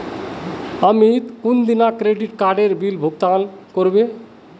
अमित कुंदिना क्रेडिट काडेर बिल भुगतान करबे